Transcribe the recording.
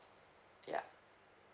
yeah